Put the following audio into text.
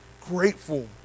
grateful